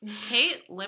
Kate